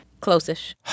Close-ish